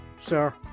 sir